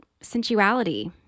sensuality